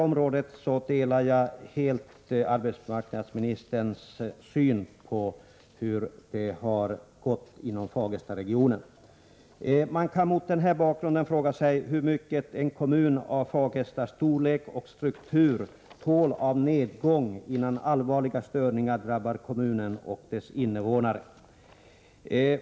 Jag delar helt arbetsmarknadsministerns syn på utvecklingen på det här området inom Fagerstaregionen. Man kan mot denna bakgrund fråga sig hur mycket en kommun av Fagerstas storlek och struktur tål av nedgång, innan allvarliga störningar drabbar kommunen och dess invånare.